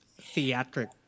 theatric